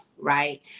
right